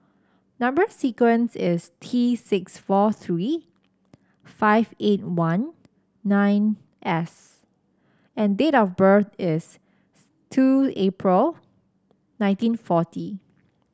number sequence is T six four three five eight one nine S and date of birth is two April nineteen forty